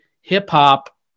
hip-hop